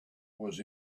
was